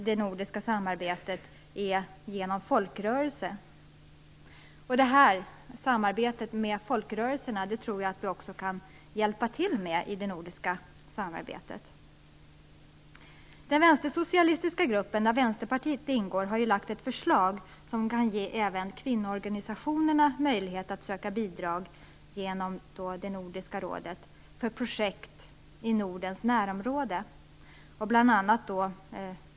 Det sistnämnda är en viktig del i det nordiska samarbetet där vi kan hjälpa till. Den vänstersocialistiska gruppen där Vänsterpartiet ingår har lagt fram ett förslag som även kan ge kvinnoorganisationerna möjlighet att söka bidrag genom Nordiska rådet för projekt i Nordens närområde.